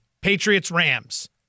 Patriots-Rams